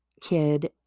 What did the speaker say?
kid